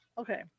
Okay